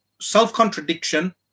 self-contradiction